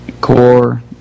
core